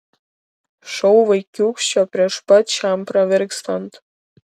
šou vaikiūkščio prieš pat šiam pravirkstant